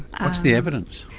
what's the evidence?